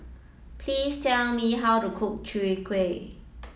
please tell me how to cook Chwee Kueh